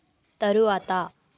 తరువాత